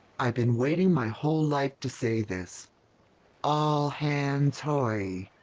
i've been waiting my whole life to say this all hands hoay!